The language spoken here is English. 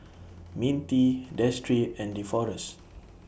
Mintie Destry and Deforest